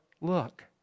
look